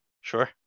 Sure